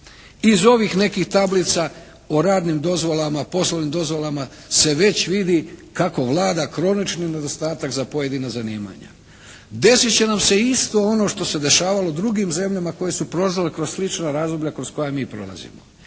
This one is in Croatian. Iz ovih nekih tablica o radnim dozvolama, poslovnim dozvolama se već vidi kako vlada kronični nedostatak za pojedina zanimanja. Desit će nam se isto ono što se dešavalo drugim zemljama koje su prolazile kroz slična razdoblja kroz koja mi prolazimo.